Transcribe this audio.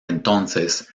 entonces